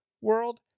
world